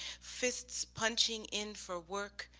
fists punching in for work,